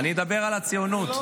אני אדבר על הציונות.